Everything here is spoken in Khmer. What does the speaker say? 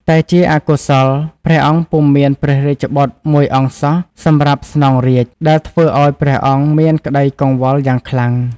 តែជាអកុសល ព្រះអង្គពុំមានព្រះរាជបុត្រមួយអង្គសោះសម្រាប់ស្នងរាជ្យ ដែលធ្វើឱ្យព្រះអង្គមានក្តីកង្វល់យ៉ាងខ្លាំង។